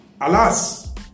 Alas